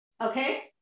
Okay